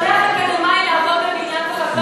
כשאתה שולח אקדמאי לעבוד בבניין ובחקלאות,